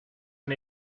and